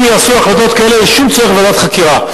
אם יהיו החלטות כאלה, אין שום צורך בוועדת חקירה.